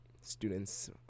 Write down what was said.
students